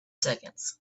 seconds